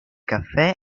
caffè